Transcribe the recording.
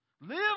Live